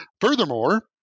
Furthermore